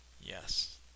Yes